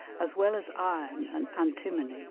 as well as iron and antimony